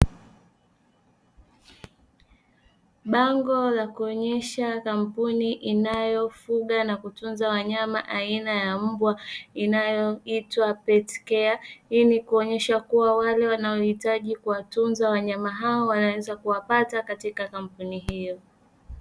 Bango la kuonyesha kampuni inayofuga na kutunza wanyama aina ya mbwa inayoitwa Pet Care, hii ni kuonyesha kuwa wale wanaohitaji kuwatunza wanyama hao wanaweza kuwapata katika kampuni hiyo.